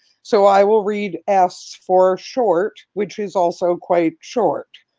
so i will read s for short, which is also quite short.